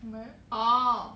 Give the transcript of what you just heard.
where orh